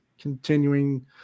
continuing